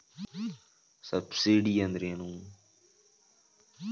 Subsidy ಅಂದ್ರೆ ಏನು?